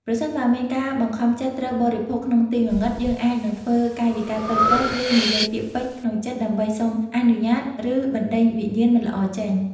ប្រសិនបើមានការបង្ខំចិត្តត្រូវបរិភោគក្នុងទីងងឹតយើងអាចនឹងធ្វើកាយវិការតូចៗ ឬនិយាយពាក្យពេចន៍ក្នុងចិត្តដើម្បីសុំអនុញ្ញាត ឬបណ្តេញវិញ្ញាណមិនល្អចេញ ។